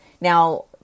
Now